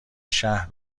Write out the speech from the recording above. شهر